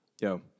Yo